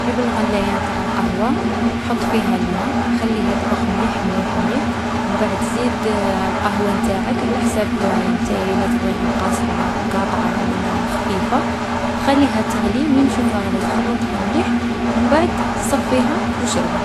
جيب الغلّاية نتاع القهوة، حط فيها الما خلّيه يطبخ مليح مليح مليح. و مبعد زيد القهوة نتاعك على حساب نتايا لا تبغيها قاصحة قاطعة و لا خفيفة. خلّيها تغلي من تشوفها غلات خلّطها مليح. و مبعد صفّيها و اشربها.